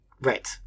Right